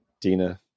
Dina